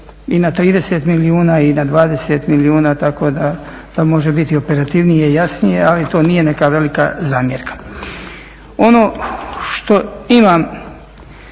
i na 30 milijuna i na 20 milijuna, tako da može biti operativnije, jasnije, ali to nije neka velika zamjerka. Ono što imam